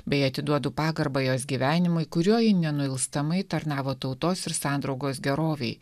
beje atiduodu pagarbą jos gyvenimui kuriuo ji nenuilstamai tarnavo tautos ir sandraugos gerovei